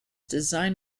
design